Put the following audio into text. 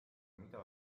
mida